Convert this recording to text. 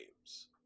games